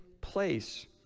place